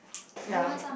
ya